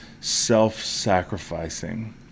self-sacrificing